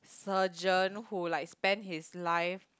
surgeon who like spend his life